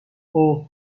اوه